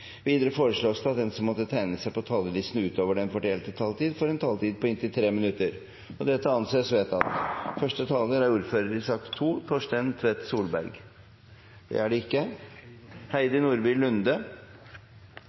Videre foreslås det at de som måtte tegne seg på talerlisten utover den fordelte taletid, får en taletid på inntil 3 minutter. – Det anses vedtatt. Jeg tar ordet til finansmarkedsmeldingen. Vi er alle enige om at velfungerende finansmarkeder er